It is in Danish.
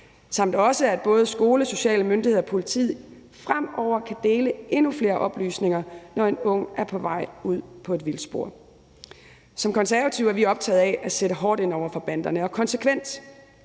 også om, at både skole, sociale myndigheder og politiet fremover kan dele endnu flere oplysninger, når en ung er på vej ud på et vildspor. Som konservative er vi optaget af at sætte hårdt og konsekvent